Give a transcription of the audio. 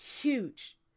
huge